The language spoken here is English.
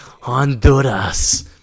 Honduras